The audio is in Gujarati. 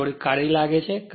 જે થોડી કાળી લાગે છે